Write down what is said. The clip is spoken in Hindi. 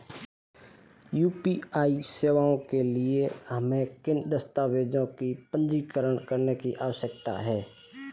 यू.पी.आई सेवाओं के लिए हमें किन दस्तावेज़ों को पंजीकृत करने की आवश्यकता है?